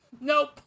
nope